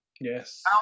Yes